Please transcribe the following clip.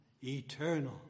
eternal